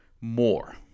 more